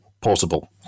Portable